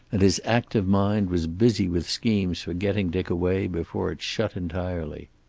and his active mind was busy with schemes for getting dick away before it shut entirely.